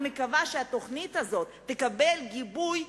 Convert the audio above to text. אני מקווה שהתוכנית הזאת תקבל גיבוי,